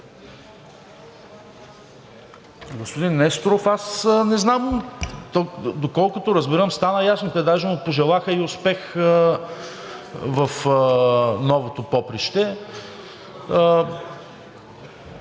Господин Несторов, аз не знам, доколкото разбирам, стана ясно, те даже му пожелаха и успех в новото поприще.